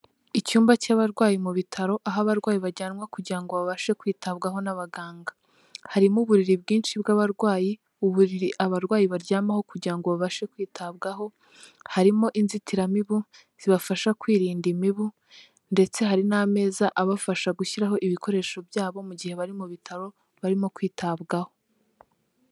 Icyumba cy'abarwayi mu bitaro, aho abarwayi bajyanwa kugira ngo babashe kwitabwaho n'abaganga. Harimo uburiri bwinshi bw'abarwayi, uburiri abarwayi baryamaho kugira ngo babashe kwitabwaho, harimo inzitiramibu zibafasha kwirinda imibu, ndetse hari n'ameza abafasha gushyiraho ibikoresho byabo mu gihe bari mu bitaro barimo kwitabwaho.